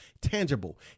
tangible